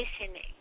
listening